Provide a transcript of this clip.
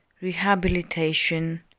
rehabilitation